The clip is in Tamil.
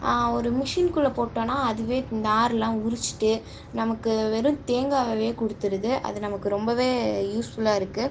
ஒரு மிஷின் குள்ள போட்டோனா அதுவே நார்லாம் உருச்ட்டு நமக்கு வெறும் தேங்காவாவே கொடுத்துருது அது நமக்கு ரொம்பவே யூஸ்ஃபுல்லாக இருக்குது